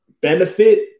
benefit